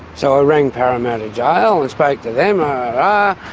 so i rang parramatta jail and spoke to them ah